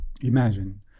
Imagine